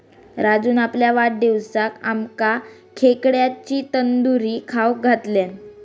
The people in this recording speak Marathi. राजून आपल्या वाढदिवसाक आमका खेकड्यांची तंदूरी खाऊक घातल्यान